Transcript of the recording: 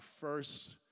first